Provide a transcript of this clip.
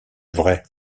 vrai